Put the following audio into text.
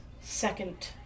second